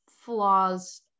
flaws